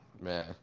man